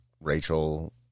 Rachel